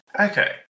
Okay